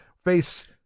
Face